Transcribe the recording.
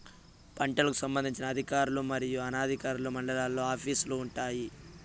పంటలకు సంబంధించిన అధికారులు మరియు అనధికారులు మండలాల్లో ఆఫీస్ లు వుంటాయి?